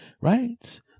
Right